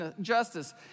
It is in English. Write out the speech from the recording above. justice